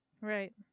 Right